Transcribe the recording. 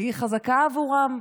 תהיי חזקה עבורם.